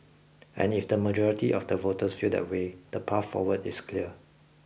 and if the majority of the voters feel that way the path forward is clear